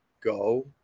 go